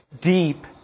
deep